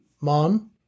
mom